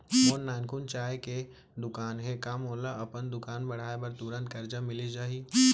मोर नानकुन चाय के दुकान हे का मोला अपन दुकान बढ़ाये बर तुरंत करजा मिलिस जाही?